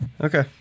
Okay